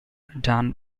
done